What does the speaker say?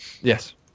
Yes